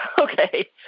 Okay